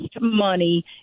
money